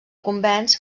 convenç